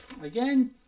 Again